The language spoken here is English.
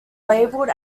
labeled